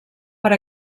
per